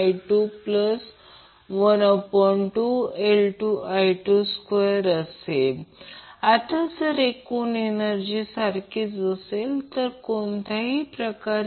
या घटकाला गुणाकार केला गेला आहे जेव्हा सीरिज RLC सर्किट 1√LC आहे परंतु या फॅक्टरसह हे गुणाकार केले गेले आहे जे मी सांगितले आहे की हे गुणाकारात आहेत